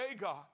God